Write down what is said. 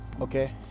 Okay